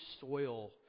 soil